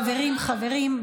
חבריי חברי הכנסת,